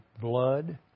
blood